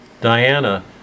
Diana